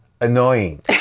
annoying